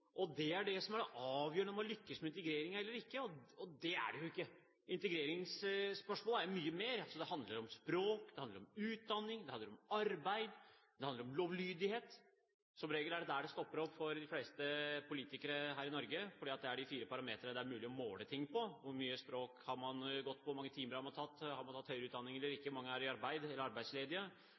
at det er det som er avgjørende om vi lykkes med integreringen eller ikke. Det er det jo ikke! Integreringsspørsmålet er mye mer. Det handler om språk, det handler om utdanning, det handler om arbeid, det handler om lovlydighet. Som regel er det der det stopper opp for de fleste politikere her i Norge, fordi det er de fire parametre det er mulig å måle ting på: Hvor mye språkopplæring har man gått på? Hvor mange timer har man tatt? Har man tatt høyere utdanning eller ikke? Hvor mange er i arbeid, hvor mange er arbeidsledige?